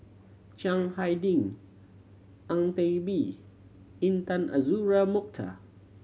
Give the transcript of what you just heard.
Chiang Hai Ding Ang Teck Bee Intan Azura Mokhtar